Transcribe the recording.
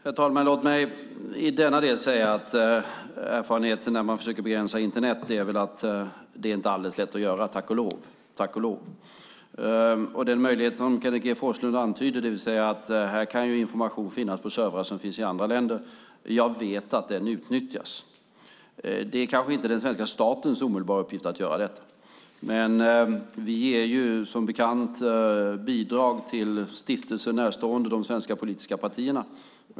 Herr talman! Låt mig i denna del säga en sak: Erfarenheten från när man försöker begränsa Internet är väl, tack och lov, att det inte är alldeles lätt att göra det. Jag vet att den möjlighet som Kenneth G Forslund antyder utnyttjas, det vill säga att information kan finnas på servrar som finns i andra länder. Det är kanske inte den svenska statens omedelbara uppgift att göra detta, men vi ger, som bekant, bidrag till stiftelser närstående de svenska politiska partierna.